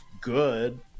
good